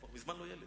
הוא כבר מזמן לא ילד.